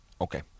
Okay